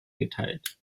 geteilt